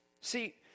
See